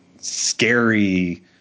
scary